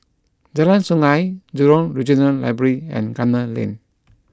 Jalan Sungei Jurong Regional Library and Gunner Lane